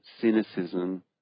cynicism